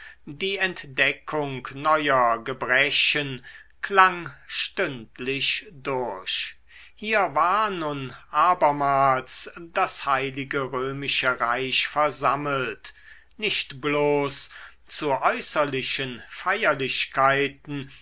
die entdeckung neuer gebrechen klang stündlich durch hier war nun abermals das heilige römische reich versammelt nicht bloß zu äußerlichen feierlichkeiten